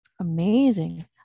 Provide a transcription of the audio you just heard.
Amazing